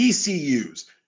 ecu's